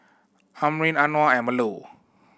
Amrin Anuar and Melur